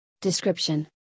Description